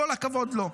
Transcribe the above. כל הכבוד לו.